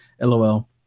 LOL